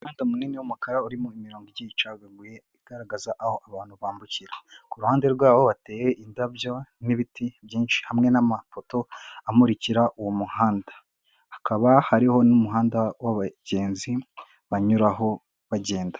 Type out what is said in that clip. Umuhanda munini w'umukara urimo imirongo igiye icagaguye igaragaza aho abantu bambukira, ku ruhande rwaho bateye indabyo n'ibiti byinshi hamwe n'amafoto amurikira uwo muhanda, hakaba hariho n'umuhanda w'abagenzi banyuraho bagenda.